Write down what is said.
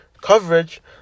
coverage